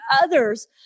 others